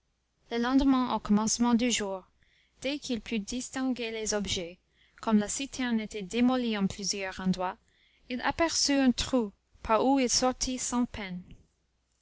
le lendemain au commencement du jour dès qu'il put distinguer les objets comme la citerne était démolie en plusieurs endroits il aperçut un trou par où il sortit sans peine